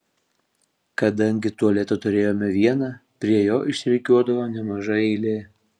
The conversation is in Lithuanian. kadangi tualetą turėjome vieną prie jo išsirikiuodavo nemaža eilė